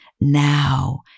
now